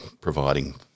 providing